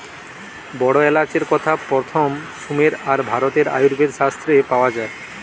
বড় এলাচের কথা প্রথম সুমের আর ভারতের আয়ুর্বেদ শাস্ত্রে পাওয়া যায়